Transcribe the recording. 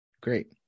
great